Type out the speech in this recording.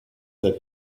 that